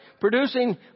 Producing